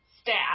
staff